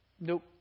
Nope